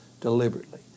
deliberately